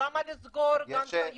למה לסגור את גן החיות?